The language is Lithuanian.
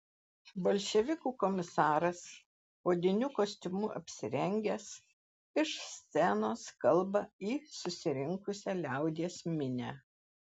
bolševikų komisaras odiniu kostiumu apsirengęs iš scenos kalba į susirinkusią liaudies minią